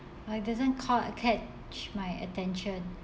I didn't caught catch my attention